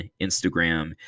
Instagram